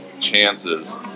chances